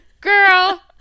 Girl